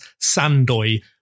Sandoy